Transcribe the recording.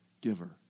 giver